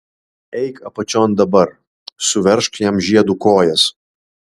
eik apačion dabar suveržk jam žiedu kojas